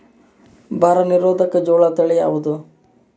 ಬರ ನಿರೋಧಕ ಜೋಳ ತಳಿ ಯಾವುದು?